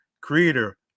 Creator